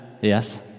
Yes